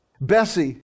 Bessie